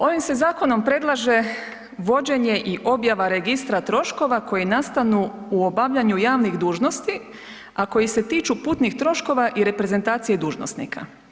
Ovim se zakonom predlaže vođenje i objava registra troškova koji nastanu u obavljanju javnih dužnosti, a koji se tiču putnih troškova i reprezentacije dužnosnika.